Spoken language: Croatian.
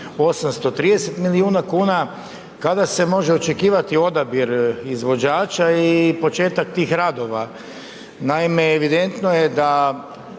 830 milijuna kuna, kada se može očekivati odabir izvođača i početak tih radova? Naime, evidentno je da